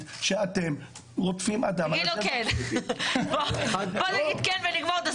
שאתם רודפים אדם -- בוא נגיד כן ונגמור את הסיפור.